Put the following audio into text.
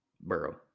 Burrow